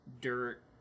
Dirt